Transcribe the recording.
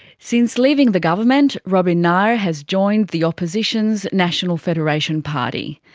since leaving the government, robin nair has joined the opposition's national federation party.